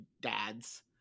dads